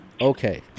Okay